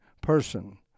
person